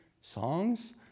songs